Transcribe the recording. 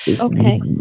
Okay